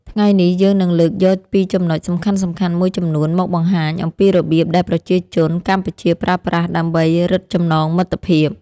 ថ្ងៃនេះយើងនឹងលើកយកពីចំណុចសំខាន់ៗមួយចំនួនមកបង្ហាញអំពីរបៀបដែលប្រជាជនកម្ពុជាប្រើប្រាស់ដើម្បីរឹតចំណងមិត្តភាព។